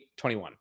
21